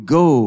go